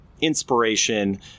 inspiration